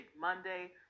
Monday